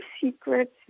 secrets